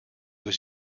was